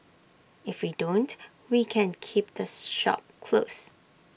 if we don't we can keep this shop closed